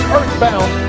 Earthbound